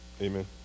Amen